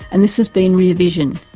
and this has been rear vision.